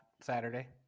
saturday